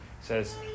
says